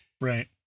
Right